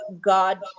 God